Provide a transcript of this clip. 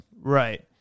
Right